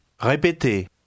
Répétez